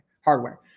hardware